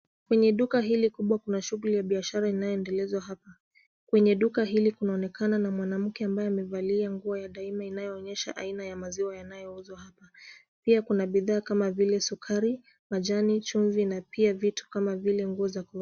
Kwenye duka hili kubwa kuna shughuli ya biashara inayoendelezwa hapa. Kwenye duka hili kunaonekana na mwanamke ambaye amevalia nguo ya daima inayoonyesha aina ya maziwa yanayouzwa hapa. Pia kuna bidhaa kama sukari, majani, chumvi na pia vitu kama vile nguo za kuvaa.